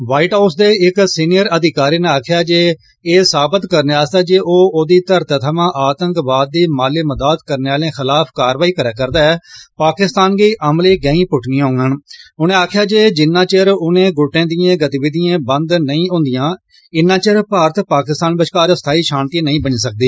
white House दे इक senior अधिकारी नै आक्खेआ ऐ जे ए साबत करने आस्तै जे ओ ओदी घरतै थमां आतंकवाद दी माली मदाद करने आलें खिलाफ कारवाई करै करदा ऐ पाकिस्तान गी अमली गैंई पुट्टनियां होंगन उनें आखेआ जिन्ना चिर इनें गुटें दियां गतिविधियां बन्द नेईं होन्दिया इन्ना चिर भारत पाकिस्तान बश्कार स्थायी शांति नेई बनी सकदी